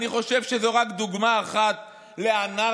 אני חושב שזו רק דוגמה אחת לאנרכיה,